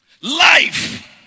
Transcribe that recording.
Life